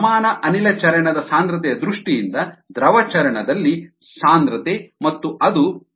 ಸಮಾನ ಅನಿಲ ಚರಣ ದ ಸಾಂದ್ರತೆಯ ದೃಷ್ಟಿಯಿಂದ ದ್ರವ ಚರಣ ದಲ್ಲಿ ಸಾಂದ್ರತೆ ಮತ್ತು ಅದು yA ಆಗಿದೆ